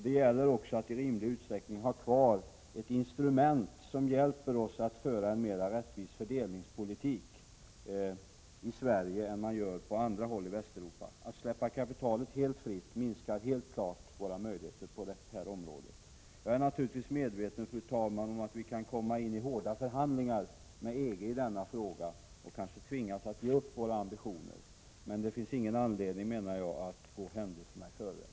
Det gäller också att i rimlig utsträckning ha kvar ett instrument som hjälper oss att föra en mera rättvis fördelningspolitik i Sverige än man gör på andra håll i Västeuropa. Att släppa kapitalet helt fritt minskar helt klart våra möjligheter på detta område. Fru talman! Jag är naturligtvis medveten om att vi kan komma in i hårda förhandlingar med EG i denna fråga. Vi kanske också tvingas att ge upp våra ambitioner. Det finns ingen anledning att gå händelserna i förväg.